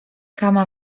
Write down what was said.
kama